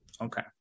okay